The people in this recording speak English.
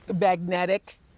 magnetic